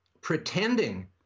pretending